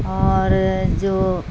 आओर जे